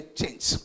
change